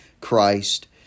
Christ